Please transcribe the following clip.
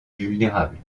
vulnérables